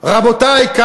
קיבלתי, אדוני היושב-ראש.